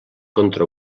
contra